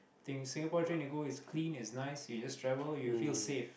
think Singapore train you go is clean is nice you just travel you feel safe